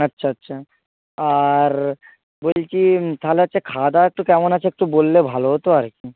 আচ্ছা আচ্ছা আর বলছি তাহলে হচ্ছে খাওয়া দাওয়া একটু কেমন আছে একটু বললে ভালো হতো আর কি